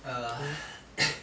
err